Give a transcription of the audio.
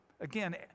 Again